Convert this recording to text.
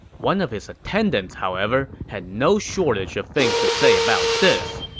one of his attendants, however, had no shortage of things to say about this.